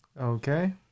Okay